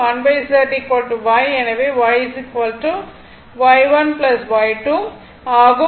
1 z Y எனவே Y Y1 Y2 ஆகும்